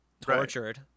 tortured